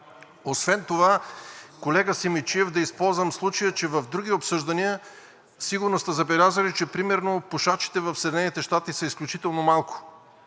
Освен това, колега Симидчиев, да използвам случая, че в други обсъждания сигурно сте забелязали, че примерно пушачите в Съединените щати са изключително малко,